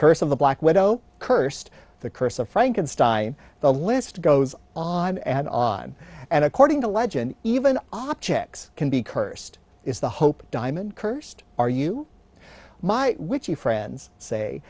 the black widow cursed the curse of frankenstein the list goes on and on and according to legend even objects can be cursed is the hope diamond cursed are you my witchy friends say